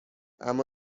اما